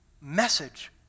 message